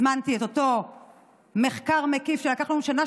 הזמנתי את אותו מחקר מקיף שלקח לנו שנה